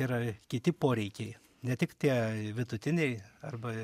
ir kiti poreikiai ne tik tie vidutiniai arba